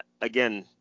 again